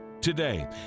Today